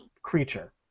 Creature